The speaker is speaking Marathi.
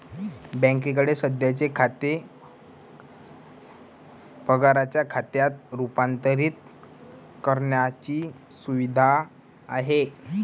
बँकेकडे सध्याचे खाते पगाराच्या खात्यात रूपांतरित करण्याची सुविधा आहे